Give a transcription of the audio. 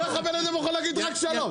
אבל איך בן אדם יכול להגיד רק שלום.